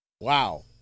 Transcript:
wow